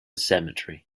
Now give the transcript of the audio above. cemetery